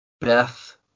Beth –